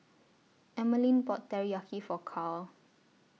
Emeline bought Teriyaki For Carl